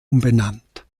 umbenannt